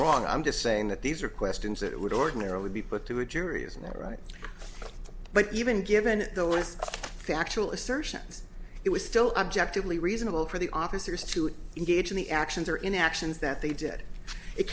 wrong i'm just saying that these are questions that would ordinarily be put to a jury isn't that right but even given the list factual assertions it was still objectively reasonable for the officers to engage in the actions or inactions that they did it